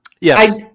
Yes